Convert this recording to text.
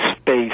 space